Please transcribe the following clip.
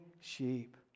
sheep